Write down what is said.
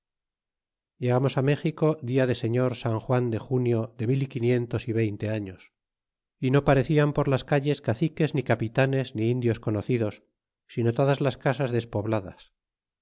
llegamos méxico dia de señor san juan de junio de mil y quinientos y veinte años y no parecian por las calles caciques ni capitanes ni indios conocidos sino todas las casas despobladas